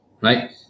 right